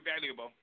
valuable